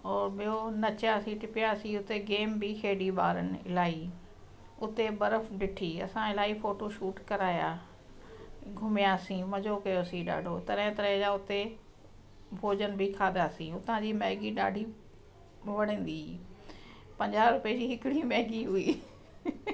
और ॿियो नचियासीं टिपयासी हुते गेम बि खेडी ॿारनि इलाही उते बर्फ़ु ॾिठी असां इलाही फ़ोटो शूट करायां घुमयासीं मजो कयोसीं ॾाढो तरह तरह जा उते भोजन बि खाधासीं उतां जी मैगी ॾाढी वणंदी पंजाह रुपए जी हिकिड़ी मैगी हुई